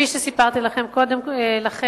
כפי שסיפרתי לכם קודם לכן,